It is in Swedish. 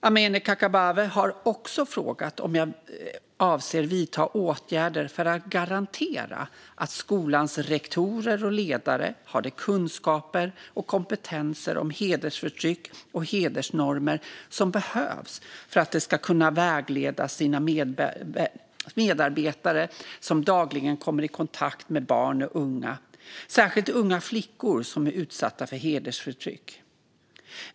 Amineh Kakabaveh har också frågat om jag avser att vidta åtgärder för att garantera att skolans rektorer och ledare har de kunskaper och kompetenser om hedersförtryck och hedersnormer som behövs för att de ska kunna vägleda sina medarbetare som dagligen kommer i kontakt med barn och unga, särskilt unga flickor som är utsatta för hedersförtryck.